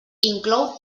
inclou